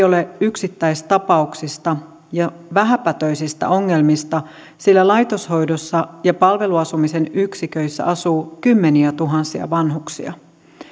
ole yksittäistapauksista ja vähäpätöisistä ongelmista sillä laitoshoidossa ja palveluasumisen yksiköissä asuu kymmeniätuhansia vanhuksia